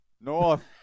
North